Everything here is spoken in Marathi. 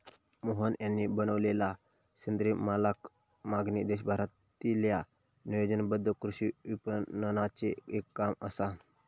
मोहन यांनी बनवलेलला सेंद्रिय मालाक मागणी देशभरातील्या नियोजनबद्ध कृषी विपणनाचे एक काम असा